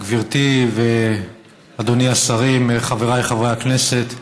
גברתי ואדוני השרים, חבריי חברי הכנסת,